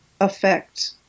affect